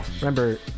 Remember